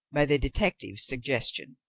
by the detective's suggestion.